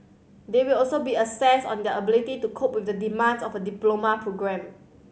they will also be assessed on their ability to cope with the demands of a diploma programme